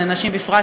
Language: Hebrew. ולנשים בפרט,